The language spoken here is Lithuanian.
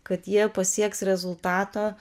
kad jie pasieks rezultatą